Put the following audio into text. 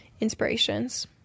inspirations